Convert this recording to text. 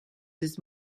this